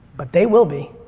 but they will be.